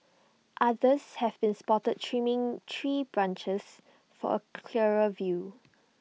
others have been spotted trimming tree branches for A clearer view